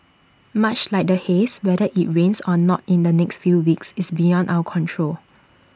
much like the haze whether IT rains or not in the next few weeks is beyond our control